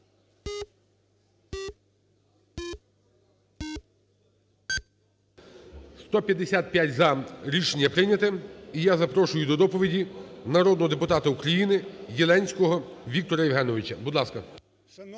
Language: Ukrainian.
За-155 Рішення прийнято. І я запрошую до доповіді народного депутата України Єленського Віктора Євгеновича. Будь ласка.